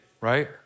right